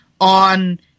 on